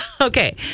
Okay